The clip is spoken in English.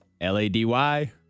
L-A-D-Y